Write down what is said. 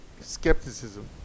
skepticism